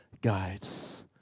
guides